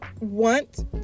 want